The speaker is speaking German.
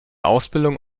ausbildung